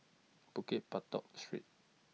Bukit Batok Street